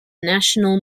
national